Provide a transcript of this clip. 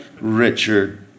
Richard